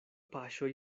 paŝoj